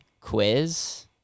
quiz